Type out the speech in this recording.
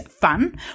fun